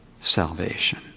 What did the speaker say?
salvation